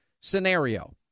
scenario